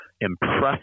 impressive